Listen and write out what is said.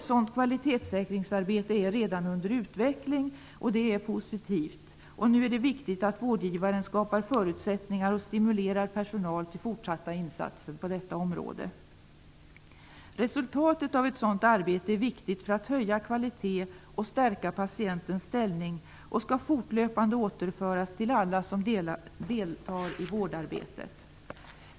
Sådant kvalitetssäkringsarbete är redan under utveckling, och det är positivt. Det är nu viktigt att vårdgivaren skapar förutsättningar och stimulerar personal till fortsatta insatser på detta område. Resultatet av ett sådant arbete är viktigt för att höja kvaliteten och stärka patientens ställning och skall fortlöpande återföras till alla som deltar i vårdarbetet.